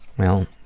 well,